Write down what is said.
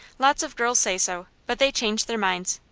lots of girls say so, but they change their minds.